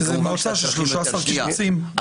כי זו מועצה של 13 קיבוצים.